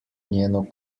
njeno